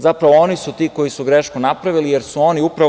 Zapravo, oni su ti koji su grešku napravili, jer su oni upravo.